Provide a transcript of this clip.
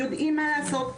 יודעים מה לעשות,